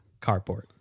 Carport